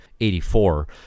84